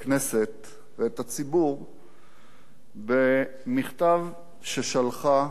הכנסת ואת הציבור במכתב ששלחה